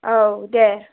औ दे